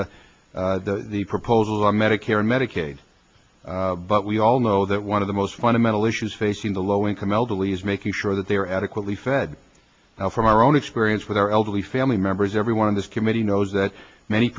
about the proposal on medicare and medicaid but we all know that one of the most fundamental issues facing the low income elderly is making sure that they are adequately fed now from our own experience with our elderly family members everyone of this committee knows that many